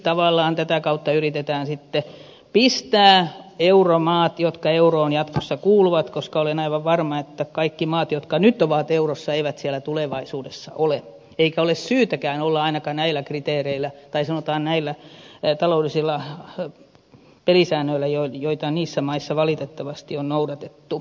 tavallaan tätä kautta yritetään sitten pistää kuriin euromaat jotka euroon jatkossa kuuluvat koska olen aivan varma että kaikki maat jotka nyt ovat eurossa eivät siellä tulevaisuudessa ole eikä ole syytäkään olla ainakaan näillä kriteereillä tai sanotaan näillä taloudellisilla pelisäännöillä joita niissä maissa valitettavasti on noudatettu